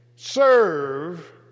Serve